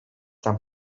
tam